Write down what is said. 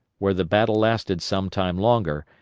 where the battle lasted some time longer,